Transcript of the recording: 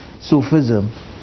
Sufism